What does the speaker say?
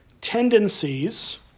tendencies